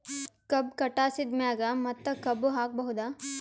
ಕಬ್ಬು ಕಟಾಸಿದ್ ಮ್ಯಾಗ ಮತ್ತ ಕಬ್ಬು ಹಾಕಬಹುದಾ?